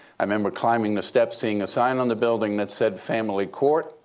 i remember climbing the steps, seeing a sign on the building that said family court.